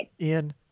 Ian